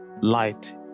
light